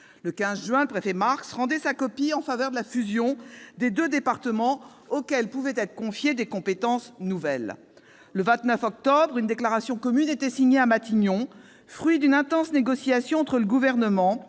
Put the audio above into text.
Le 15 juin, le préfet Marx rendait sa copie en faveur de la fusion des deux départements, entité à laquelle pourraient être confiées des compétences nouvelles. Le 29 octobre, une déclaration commune était signée à Matignon, fruit d'une intense négociation entre le Gouvernement,